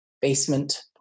basement